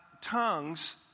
Tongues